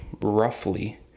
roughly